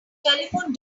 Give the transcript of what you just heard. telephone